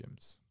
gyms